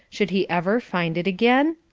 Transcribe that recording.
should he ever find it again?